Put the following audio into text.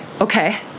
Okay